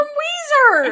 weezer